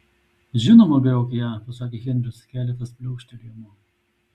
žinoma griauk ją pasakė henris keletas pliaukštelėjimų